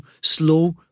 slow